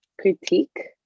critique